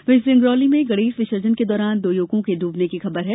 वहीं सिंगरौली में गणेश विसर्जन के दौरान दो युवकों के डूबने की खबर है